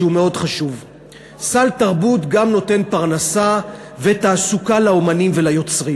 שהוא מאוד חשוב: סל תרבות גם נותן פרנסה ותעסוקה לאמנים וליוצרים.